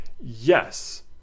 yes